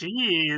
jeez